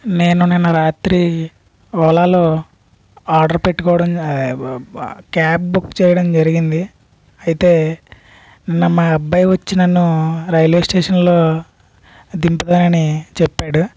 నేను నిన్న రాత్రి ఓలాలో ఆర్డర్ పెట్టుకోవడం ఆ ఏ క్యాబ్ బుక్ చేయడం జరిగింది అయితే నిన్న మా అబ్బాయి వచ్చి నన్ను రైల్వే స్టేషన్లో దింపుతానని చెప్పాడు